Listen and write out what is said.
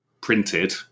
printed